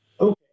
okay